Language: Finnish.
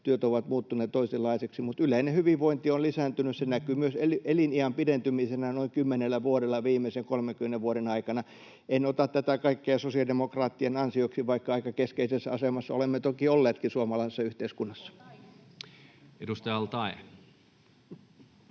työt ovat muuttuneet toisenlaisiksi. Yleinen hyvinvointi on lisääntynyt, ja se näkyy myös eliniän pidentymisenä noin kymmenellä vuodella viimeisen 30 vuoden aikana. En ota tätä kaikkea sosiaalidemokraattien ansioksi, vaikka aika keskeisessä asemassa olemme toki olleetkin suomalaisessa yhteiskunnassa. [Maria